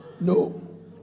No